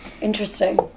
Interesting